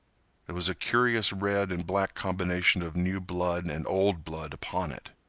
there was a curious red and black combination of new blood and old blood upon it.